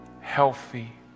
healthy